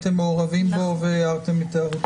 שהייתם מעורבים פה והערתם את הערותיכם?